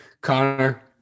Connor